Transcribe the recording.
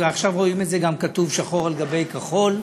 ועכשיו רואים את זה גם כתוב שחור על גבי כחול,